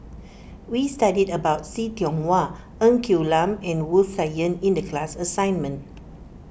we studied about See Tiong Wah Ng Quee Lam and Wu Tsai Yen in the class assignment